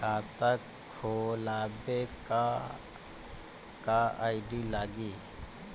खाता खोलाबे ला का का आइडी लागी?